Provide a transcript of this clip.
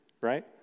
right